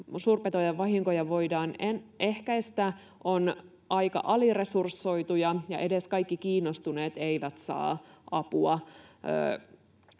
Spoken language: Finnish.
suurpetojen vahinkoja voidaan ehkäistä, ovat aika aliresursoituja ja edes kaikki kiinnostuneet eivät saa apua